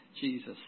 Jesus